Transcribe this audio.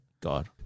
God